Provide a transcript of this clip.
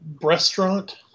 restaurant